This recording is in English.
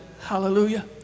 Hallelujah